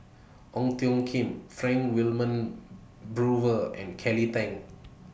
Ong Tjoe Kim Frank Wilmin Brewer and Kelly Tang